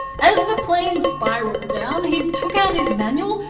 as the plane spiraled down, he took out his manual,